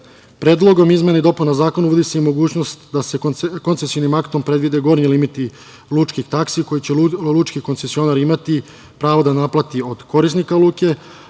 Predlogom izmene i dopuna Zakona uvodi se i mogućnost da se koncesionim aktom predvide gornji limiti lučkih taksi koje će lučki koncesionar imati pravo da naplati od korisnika luke,